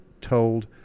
told